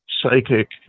psychic